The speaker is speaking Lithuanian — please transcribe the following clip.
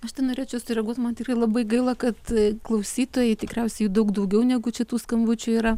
aš tai norėčiau sureaguoti man tikrai labai gaila kad klausytojai tikriausiai jų daug daugiau negu šitų skambučių yra